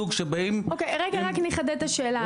אוקיי, רק נחדד את השאלה.